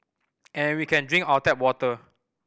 and we can drink our tap water